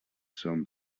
són